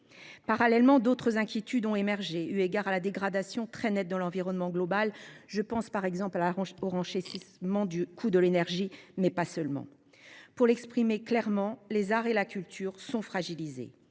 Parallèlement, d'autres inquiétudes ont émergé eu égard à la dégradation très nette de l'environnement global. Je pense au renchérissement du coût de l'énergie, mais pas seulement. Pour le dire clairement, les arts et la culture sont fragilisés